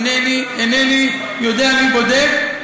אינני יודע מי בודק.